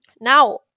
Now